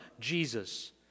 Jesus